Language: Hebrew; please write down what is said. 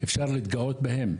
אפשר להתגאות בהם.